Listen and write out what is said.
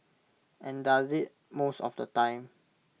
and does IT most of the time